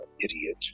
idiot